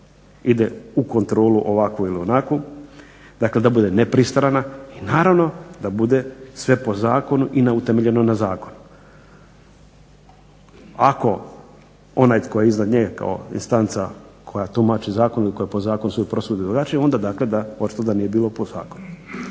ide u kontrolu ovakvu ili onakvu, dakle da bude nepristrana i naravno da bude sve po zakonu i na utemeljeno na zakonu. Ako onaj tko je iznad nje kao instanca koja tumači zakon i koja po zakonskoj proceduri drugačije. Znači, onda dakle da očito da nije bilo po zakonu.